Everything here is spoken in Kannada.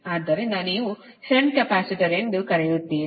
ಆದ್ದರಿಂದ ನೀವು ಅದನ್ನು ಷಂಟ್ ಕೆಪಾಸಿಟರ್ ಎಂದು ಕರೆಯುತ್ತೀರಿ